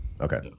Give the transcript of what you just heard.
Okay